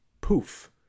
poof